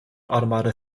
automata